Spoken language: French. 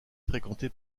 fréquentée